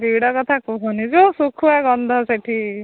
ସେଇ'ଟା କଥା କୁହନି ଯୋଉ ଶୁଖୁଆ ଗନ୍ଧ ସେଠି